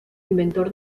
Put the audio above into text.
inventor